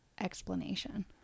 explanation